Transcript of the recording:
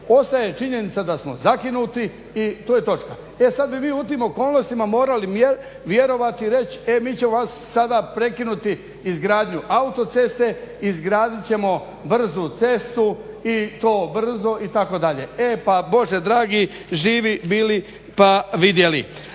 Ostaje činjenica da smo zakinuti i tu je točka. E sad bi vi u tim okolnostima morali vjerovati i reći e mi ćemo sada prekinuti izgradnju autoceste, izgradit ćemo brzu cestu i to brzo itd. E pa Bože dragi živi bili pa vidjeli.